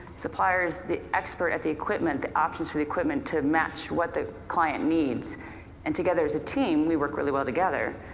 supplier's the expert at the equipment, the options for the equipment to match what the client needs and together as team we work really well together.